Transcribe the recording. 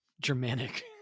germanic